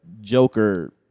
Joker